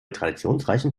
traditionsreichen